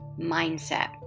mindset